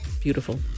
Beautiful